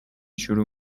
شروع